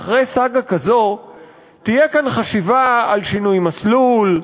שאחרי סאגה כזו תהיה כאן חשיבה על שינוי מסלול,